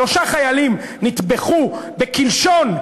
שלושה חיילים נטבחו בקלשון.